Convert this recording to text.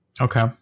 Okay